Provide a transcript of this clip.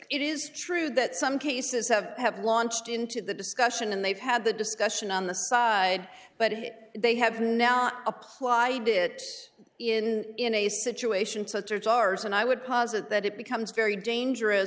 it is true that some cases have have launched into the discussion and they've had the discussion on the side but it they have now applied it in in a situation such as ours and i would posit that it becomes very dangerous